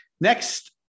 Next